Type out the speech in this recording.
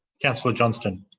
councillor johnston